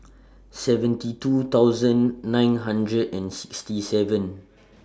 seventy two thousand nine hundred and sixty seven